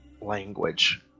language